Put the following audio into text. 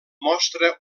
mostra